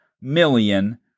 million